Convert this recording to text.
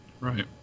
right